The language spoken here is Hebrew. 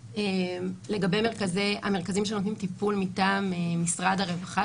לגבי המרכזים שנותנים טיפול מטעם משרד הרווחה,